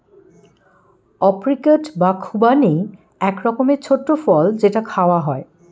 apricot বা খুবানি এক রকমের ছোট্ট ফল যেটা খাওয়া হয়